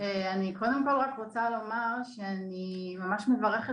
אני קודם כל רק רוצה לומר שאני ממש מברכת